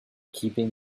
keeping